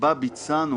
שבה ביצענו